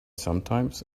sometimes